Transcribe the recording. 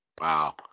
Wow